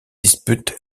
disputent